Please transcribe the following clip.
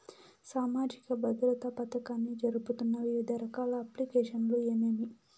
సామాజిక భద్రత పథకాన్ని జరుపుతున్న వివిధ రకాల అప్లికేషన్లు ఏమేమి?